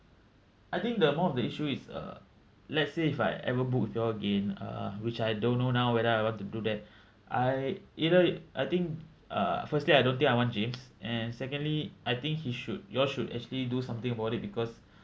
I think the amount of the issue is uh let's say if I ever book with your all again uh which I don't know now whether I want to do that I either I think uh firstly I don't think I want james and secondly I think he should you all should actually do something about it because